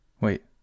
Wait